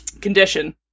condition